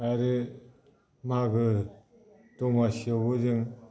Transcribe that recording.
आरो मागो दमासियावबो जों